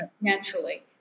naturally